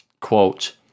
quote